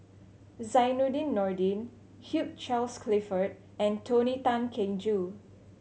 Zainudin Nordin Hugh Charles Clifford and Tony Tan Keng Joo